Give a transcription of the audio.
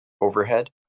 overhead